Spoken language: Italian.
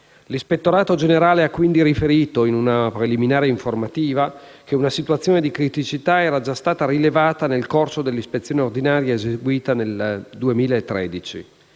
L'ispettorato generale ha quindi riferito, in una preliminare informativa, che una situazione di criticità era già stata rilevata nel corso dell'ispezione ordinaria eseguita nel 2013.